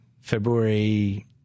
February